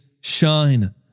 shine